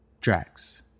Drax